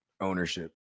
ownership